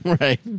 Right